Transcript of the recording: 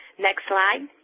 next slide.